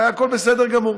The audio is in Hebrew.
והיה הכול בסדר גמור.